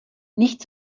nicht